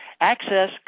Access